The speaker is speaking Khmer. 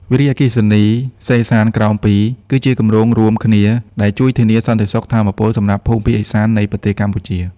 វារីអគ្គិសនីសេសានក្រោម ២ គឺជាគម្រោងរួមគ្នាដែលជួយធានាសន្តិសុខថាមពលសម្រាប់ភូមិភាគឥសាន្តនៃប្រទេសកម្ពុជា។